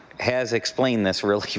has explained this really